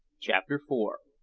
chapter four.